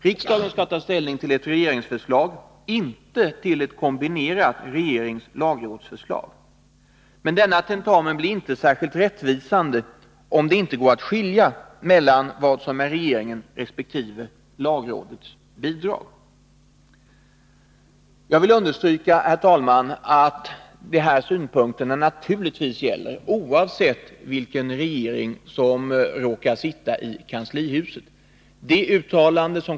Riksdagen skall ta ställning till ett regeringsförslag, inte till ett kombinerat regeringsoch lagrådsförslag. Men denna tentamen blir inte särskilt rättvisande om det inte går att skilja på vad som är regeringens resp. lagrådets bidrag. Jag vill, herr talman, understryka att dessa synpunkter naturligtvis gäller oavsett vilken regering som råkar sitta i kanslihuset.